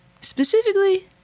Specifically